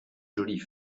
jolie